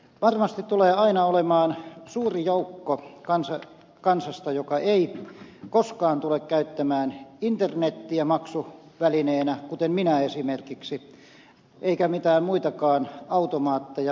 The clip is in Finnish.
varmasti tulee aina olemaan suuri joukko kansasta joka ei koskaan tule käyttämään internetiä maksuvälineenä kuten minä esimerkiksi eikä mitään muitakaan automaatteja